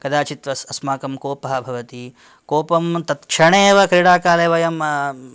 कदाचित् वस् अस्माकं कोपः भवति कोपं तत्क्षणे एव क्रीडा काले वयं